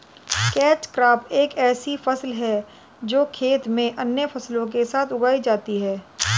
catch crop एक ऐसी फसल है जो खेत में अन्य फसलों के साथ उगाई जाती है